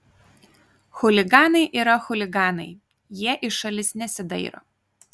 chuliganai yra chuliganai jie į šalis nesidairo